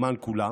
למען כולם,